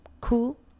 cool